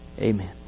amen